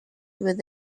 with